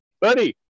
buddy